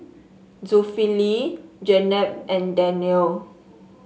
Zulkifli Jenab and Danial